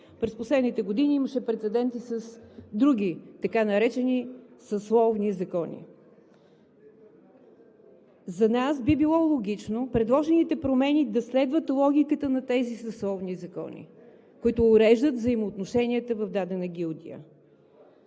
През последните години имаше прецеденти с други така наречени съсловни закони. За нас би било логично предложените промени да следват логиката на тези съсловни закони, които уреждат взаимоотношенията в дадена гилдия.